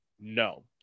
no